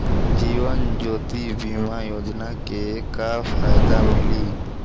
जीवन ज्योति बीमा योजना के का फायदा मिली?